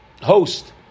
host